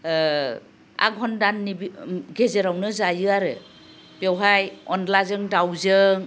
आघन दाननि गेजेरावनो जायो आरो बेवहाय अनद्लाजों दाउजों